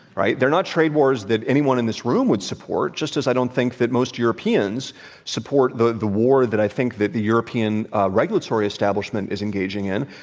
right? they're not trade wars that anyone in this room would support, just as i don't think that most europeans support the the war that i think that the european regulatory establishment is engaging in.